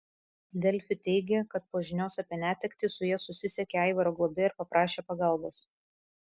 delfi teigė kad po žinios apie netektį su ja susisiekė aivaro globėja ir paprašė pagalbos